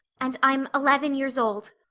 and i'm eleven years old.